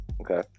Okay